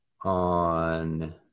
on